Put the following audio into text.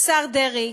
לשר דרעי,